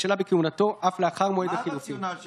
לכן עדיף לפתוח כמה שאפשר,